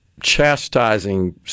chastising